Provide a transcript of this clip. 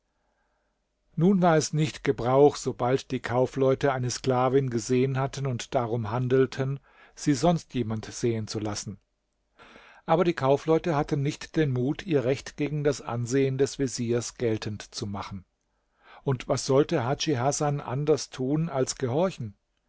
nun war es nicht gebrauch sobald die kaufleute eine sklavin gesehen hatten und darum handelten sie sonst jemand sehen zu lassen aber die kaufleute hatten nicht den mut ihr recht gegen das ansehen des veziers geltend zu machen und was sollte hadschi hasan anders tun als gehorchen